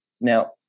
Now